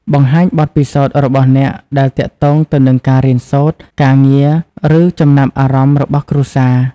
បង្ហាញបទពិសោធន៍របស់អ្នកដែលទាក់ទងទៅនឹងការរៀនសូត្រ ការងារ ឬចំណាប់អារម្មណ៍របស់គ្រួសារ។